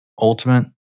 Ultimate